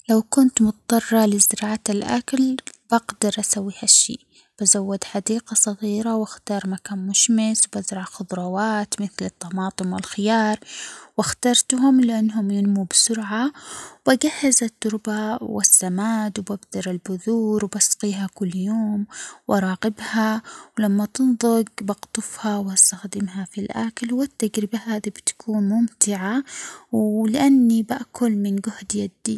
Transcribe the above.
أول شخص باخده معاي هو عالم فلك عشان يساعدني في فهم البيئة هناك وبعدين باخد مهندس بناء لأنه مهم يبنيلنا المساكن ويدير المشاريع وكذلك باخد طبيب وعشان يعتني بالصحة وكمان باخد رائد فضاء لأنه عنده خبرة في الرحلات الفضائية وآخر شخص باخد عالم نباتات عشان يساعدنا في زراعة النباتات هناك.